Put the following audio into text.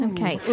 Okay